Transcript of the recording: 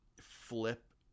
flip